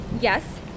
Yes